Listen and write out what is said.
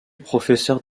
professeur